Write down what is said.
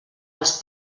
els